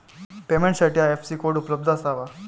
पेमेंटसाठी IFSC code उपलब्ध असावा